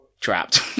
trapped